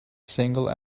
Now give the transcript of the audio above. single